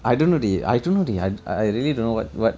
I don't really I don't know the I I really don't know what what